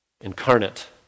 Incarnate